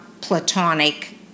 platonic